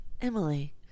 Emily